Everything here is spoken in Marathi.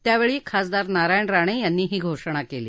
त्यावेळी खासदार नारायण राणे यांनी ही घोषणा केली